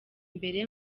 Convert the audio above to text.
mbere